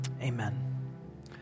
Amen